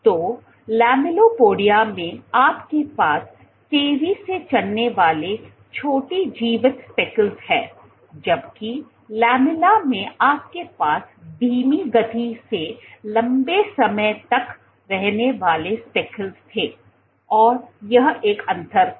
तो लैमेलिपोडिया में आपके पास तेजी से चलने वाले छोटे जीवित स्पेकल्स हैं जबकि लैमेला में आपके पास धीमी गति से लंबे समय तक रहने वाले स्पेकल्स थे और यह एक अंतर था